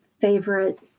favorite